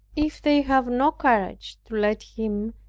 if they have not courage to let him,